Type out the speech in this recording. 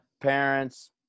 parents